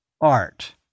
art